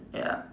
ya